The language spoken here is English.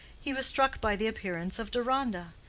he was struck by the appearance of deronda,